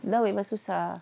now memang susah